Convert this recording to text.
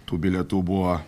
tų bilietų buvo